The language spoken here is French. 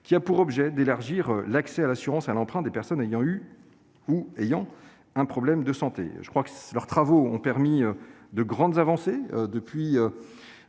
a pour objet d'élargir l'accès à l'assurance et à l'emprunt des personnes ayant ou ayant eu un problème de santé. Leurs travaux ont permis de grandes avancées en